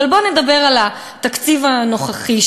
אבל בוא ונדבר על התקציב הנוכחי,